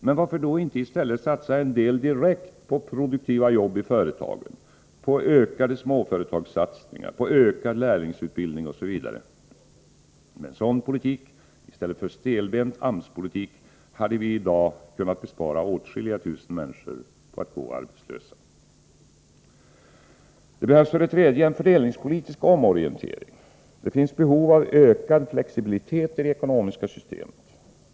Men varför då inte i stället satsa en del direkt på produktiva jobb i företagen — på ökade småföretagssatsningar, ökad lärlingsutbildning osv. Med en sådan politik i stället för stelbent AMS-politik hade vi i dag kunnat förskona åtskilliga tusen människor från att gå arbetslösa. Det behövs för det tredje en fördelningspolitisk omorientering. Vi har behov av ökad flexibilitet i det ekonomiska systemet.